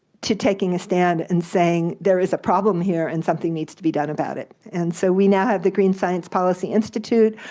to taking a stand and saying there is a problem here, and something needs to be done about it, and so we now have the green science policy institute.